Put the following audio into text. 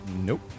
Nope